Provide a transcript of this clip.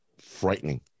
frightening